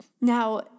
Now